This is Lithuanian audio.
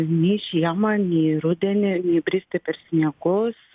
nei žiemą nei rudenį bristi per sniegus